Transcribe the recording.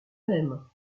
même